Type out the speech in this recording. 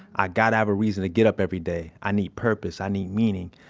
i gotta have a reason to get up every day. i need purpose, i need meaning,